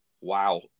wow